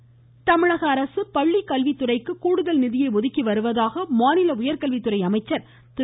அன்பழகன் தமிழக அரசு பள்ளிக்கல்வித்துறைக்கு கூடுதல் நிதியை ஒதுக்கி வருவதாக மாநில உயர்கல்வித்துறை அமைச்சர் திரு